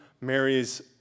Mary's